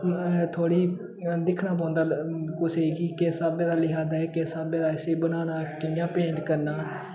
थोह्ड़ी दिक्खने पौंदा कुसै कि किस स्हाबें दा लिखा दा ऐ किस स्हाबें दा इसी बनाना कि'यां पेंट करना